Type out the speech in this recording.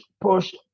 push